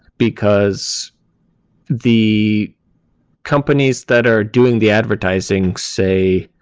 because the companies that are doing the advertising, say,